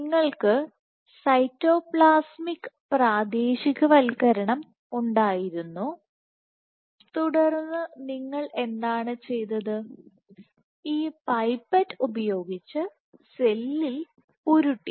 നിങ്ങൾക്ക് സൈറ്റോപ്ലാസ്മിക് പ്രാദേശികവൽക്കരണം ഉണ്ടായിരുന്നു തുടർന്ന് നിങ്ങൾ എന്താണ് ചെയ്തത് ഈ പൈപ്പറ്റ് ഉപയോഗിച്ച് സെല്ലിൽ ഉരുട്ടി